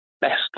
best